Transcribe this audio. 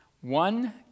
One